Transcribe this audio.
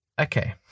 Okay